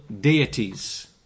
deities